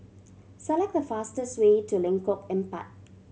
select the fastest way to Lengkok Empat